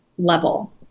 level